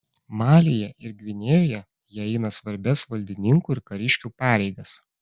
malyje ir gvinėjoje jie eina svarbias valdininkų ir kariškių pareigas